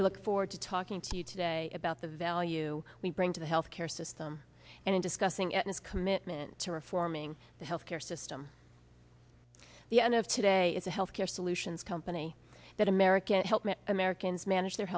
i look forward to talking to you today about the value we bring to the health care system and in discussing it in its commitment to reforming the health care system the end of today is a health care solutions company that american help americans manage their